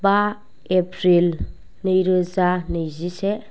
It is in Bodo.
बा एप्रिल नैरोजा नैजिसे